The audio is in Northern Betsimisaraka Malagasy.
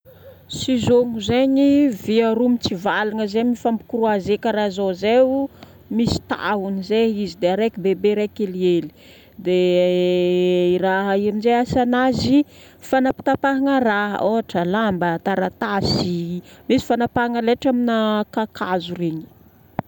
Sizômo zaigny, vy aroa mitsivalagna zay, mifampikroaze karaha zao zay. Misy tahony zay izy dia araiky bebe, araiky helihely. Dia i raha ino ndray asanazy: fanapatapahagna raha. Ôhatra lamba, taratasy. Misy fanapatapahagna laitra amina kakazo regny